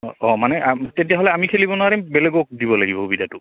অঁ অঁ মানে তেতিয়াহ'লে আমি খেলিব নোৱাৰিম বেলেগক দিব লাগিব সুবিধাটো